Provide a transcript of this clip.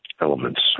elements